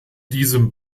diesem